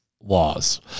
laws